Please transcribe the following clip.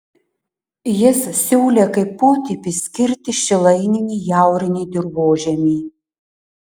jis siūlė kaip potipį skirti šilaininį jaurinį dirvožemį